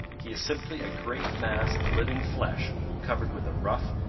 he is simply a great mass of living flesh covered with a rough,